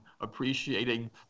appreciating